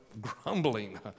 grumbling